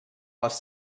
les